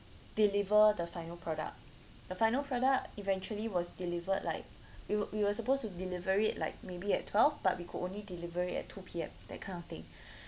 deliver the final product the final product eventually was delivered like we were we were supposed to deliver it like maybe at twelve but we could only deliver it at two P_M that kind of thing